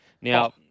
Now